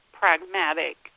pragmatic